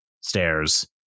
stairs